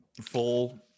full